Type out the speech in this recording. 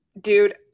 Dude